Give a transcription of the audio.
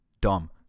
Dumb